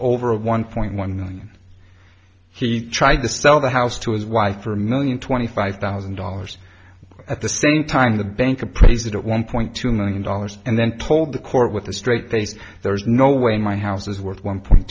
over one point one million he tried to sell the house to his wife for a million twenty five thousand dollars at the same time the bank appraised at one point two million dollars and then told the court with a straight take there's no way my house is worth one point